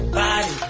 body